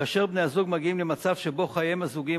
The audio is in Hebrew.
כאשר בני-הזוג מגיעים למצב שבו חייהם הזוגיים